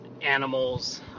animals